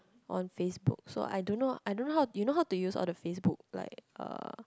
on Facebook so I don't know I don't know how you know how to use all the Facebook like uh